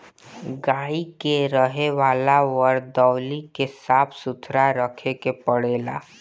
गाई के रहे वाला वरदौली के साफ़ सुथरा रखे के पड़ेला